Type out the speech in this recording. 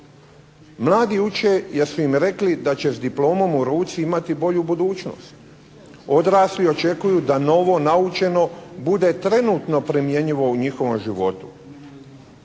Mladi uče jer su im rekli da će s diplomom u ruci imati bolju budućnost. Odrasli očekuju da novo naučeno bude trenutno primjenjivo u njihovom životu.